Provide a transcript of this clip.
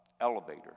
elevator